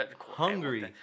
hungry